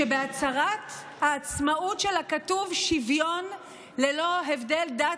שבהצהרת העצמאות שלה כתוב: שוויון ללא הבדל דת,